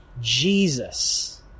Jesus